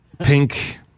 pink